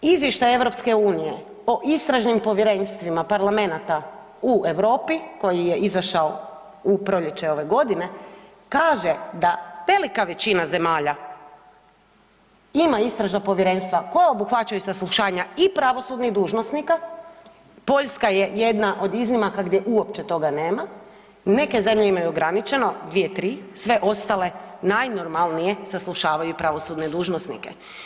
Izvještaj EU o istražim povjerenstvima parlamenata u Europi koji je izašao u proljeće ove godine kaže da velika većina zemalja ima istražna povjerenstva koja obuhvaćaju saslušanja i pravosudnih dužnosnika, Poljska je jedna od iznimaka gdje uopće toga nema, neke zemlje imaju ograničeno 2, 3, sve ostale najnormalnije saslušavaju pravosudne dužnosnike.